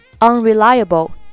Unreliable